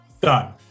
done